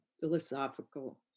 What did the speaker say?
philosophical